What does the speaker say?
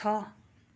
छ